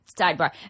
sidebar